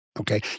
Okay